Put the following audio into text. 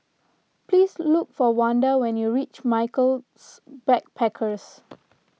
please look for Wanda when you reach Michaels Backpackers